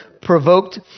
provoked